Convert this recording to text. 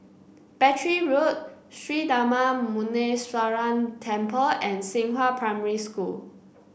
Battery Road Sri Darma Muneeswaran Temple and Xinghua Primary School